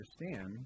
understand